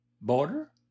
border